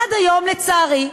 עד היום, לצערי,